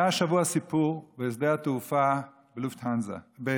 היה השבוע סיפור בשדה התעופה בגרמניה.